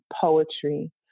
poetry